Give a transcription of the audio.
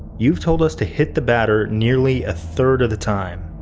you've told us to hit the batter nearly a third of the time.